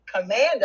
commander